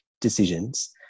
decisions